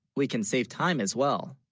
we can, save time as, well?